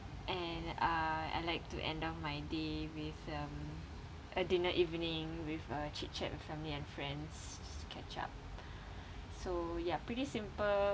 and uh I like to end off my day with um a dinner evening with a chit chat with family and friends catch up so ya pretty simple